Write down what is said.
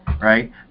right